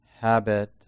habit